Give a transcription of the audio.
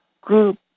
group